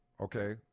Okay